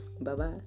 Bye-bye